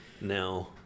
Now